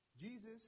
Jesus